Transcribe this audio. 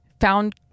found